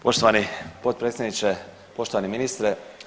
Poštovani potpredsjedniče, poštovani ministre.